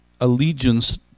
allegiance